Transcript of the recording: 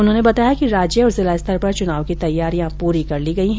उन्होंने बताया कि राज्य और जिला स्तर पर चुनाव की तैयारियां पूरी कर ली गई हैं